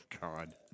God